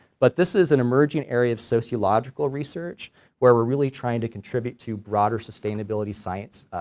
but this is an emerging area of sociological research where we're really trying to contribute to broader sustainability science